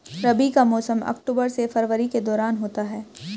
रबी का मौसम अक्टूबर से फरवरी के दौरान होता है